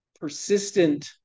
persistent